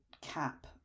cap